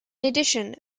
addition